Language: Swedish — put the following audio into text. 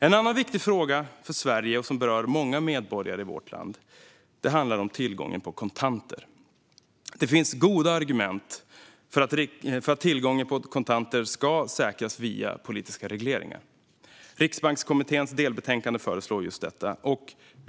En annan viktig fråga för Sverige, som berör många medborgare i vårt land, handlar om tillgången på kontanter. Det finns goda argument för att tillgången på kontanter ska säkras via politiska regleringar. Riksbankskommitténs delbetänkande föreslår just detta.